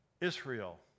Israel